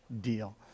deal